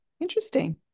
interesting